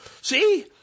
See